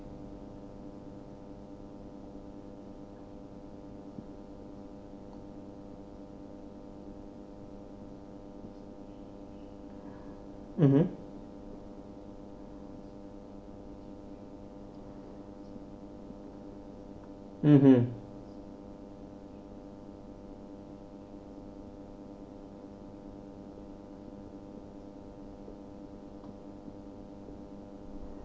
mmhmm